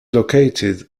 located